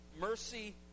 mercy